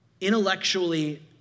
intellectually